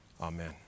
Amen